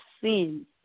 seen